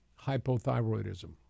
hypothyroidism